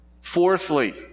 Fourthly